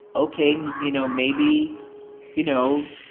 ok, you know maybe you know,